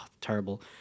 terrible